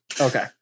Okay